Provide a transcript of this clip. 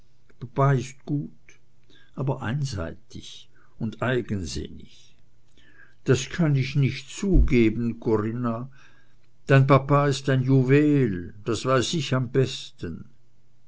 papa ist gut aber einseitig und eigensinnig das kann ich nicht zugeben corinna dein papa ist ein juwel das weiß ich am besten